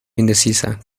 indecisa